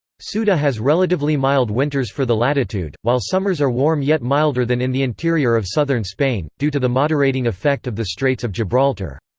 ceuta has relatively mild winters for the latitude, while summers are warm yet milder than in the interior of southern spain, due to the moderating effect of the straits of gibraltar.